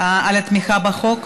על התמיכה בחוק.